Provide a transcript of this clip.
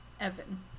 Evan